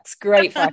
great